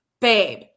babe